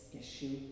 issue